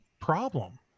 problem